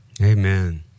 Amen